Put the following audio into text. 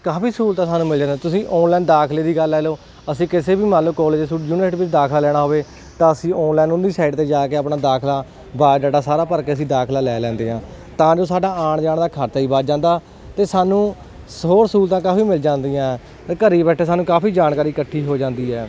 ਕਾਫੀ ਸਹੂਲਤਾਂ ਸਾਨੂੰ ਮਿਲ ਜਾਣਾ ਤੁਸੀਂ ਆਨਲਾਈਨ ਦਾਖਲੇ ਦੀ ਗੱਲ ਲੈ ਲਓ ਅਸੀਂ ਕਿਸੇ ਵੀ ਮਾਲਿਕ ਕਾਲਜ ਯੂਨੀਵਰਸਿਟੀ ਵਿੱਚ ਦਾਖਲਾ ਲੈਣਾ ਹੋਵੇ ਤਾਂ ਅਸੀਂ ਔਨਲਾਈਨ ਉਹਦੀ ਸਾਈਡ ਤੇ ਜਾ ਕੇ ਆਪਣਾ ਦਾਖਲਾ ਬਾਇਓਡਾਟਾ ਸਾਰਾ ਭਰ ਕੇ ਅਸੀਂ ਦਾਖਲਾ ਲੈ ਲੈਂਦੇ ਆਂ ਤਾਂ ਜੋ ਸਾਡਾ ਆਣ ਜਾਣ ਦਾ ਖਰਚਾ ਹੀ ਵੱਧ ਜਾਂਦਾ ਤੇ ਸਾਨੂੰ ਹੋਰ ਸਹੂਲਤਾਂ ਕਾਫੀ ਮਿਲ ਜਾਂਦੀਆਂ ਤੇ ਘਰੀਂ ਬੈਠੇ ਸਾਨੂੰ ਕਾਫੀ ਜਾਣਕਾਰੀ ਇਕੱਠੀ ਹੋ ਜਾਂਦੀ ਆ